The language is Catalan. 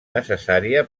necessària